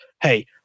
hey